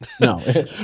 No